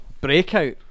breakout